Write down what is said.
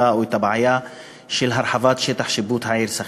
או את הבעיה של הרחבת שטח השיפוט של העיר סח'נין.